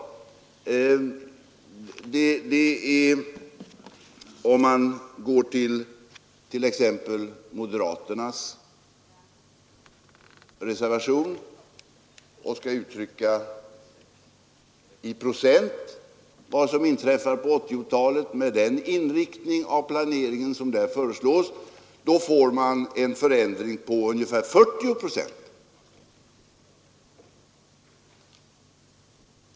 Om man skall uttrycka i procent vad den inriktning som föreslås i moderaternas reservation leder till på 1980-talet, så blir det en förändring på ungefär 40 procent.